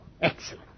excellent